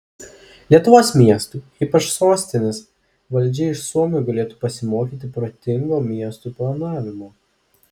lietuvos miestų ypač sostinės valdžia iš suomių galėtų pasimokyti protingo miestų planavimo